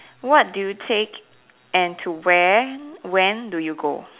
what do you take and to where when do you go